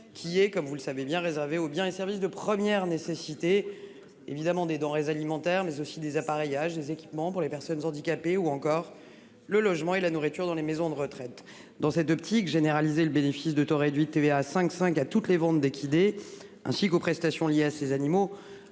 Qui est comme vous le savez bien réservé aux biens et services de première nécessité évidemment des denrées alimentaires mais aussi des appareillages des équipements pour les personnes handicapées ou encore le logement et la nourriture dans les maisons de retraite dans ces deux petits qu'généraliser le bénéfice de taux réduits de TVA à 5 5 à toutes les ventes d'équidés ainsi qu'aux prestations liées à ces animaux